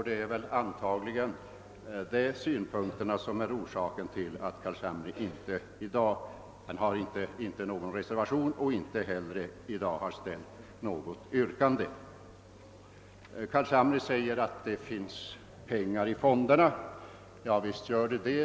Det är antagligen dessa synpunkter som är orsaken till att herr Carlshamre i dag inte har annat än en blank reservation och inte heller har framställt något yrkande. Herr Carlshamre hävdar att det finns pengar i fonderna. Ja, visst gör det det.